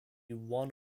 one